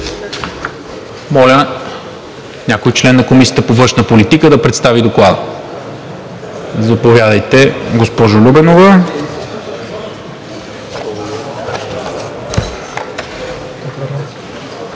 Моля някой член на Комисията по външна политика да представи доклада. Заповядайте, госпожо Любенова.